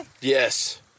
Yes